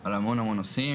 על המון נושאים,